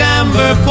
amber